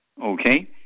Okay